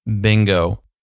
Bingo